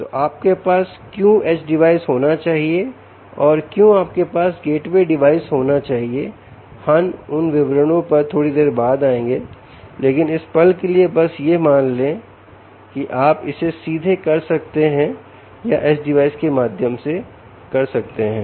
तो आपके पास क्यों एज डिवाइस होना चाहिए और क्यों आपके पास गेटवे डिवाइस होना चाहिए हम उन विवरणों पर थोड़ी देर बाद आएंगे लेकिन इस पल के लिए बस यह मान लें कि आप इसे सीधे कर सकते हैं या एज डिवाइस के माध्यम से कर सकते हैं